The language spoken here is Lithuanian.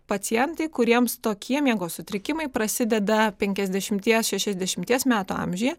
pacientai kuriems tokie miego sutrikimai prasideda penkiasdešimties šešiasdešimties metų amžiuje